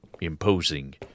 imposing